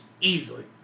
easily